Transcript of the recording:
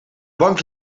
bank